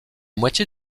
moitié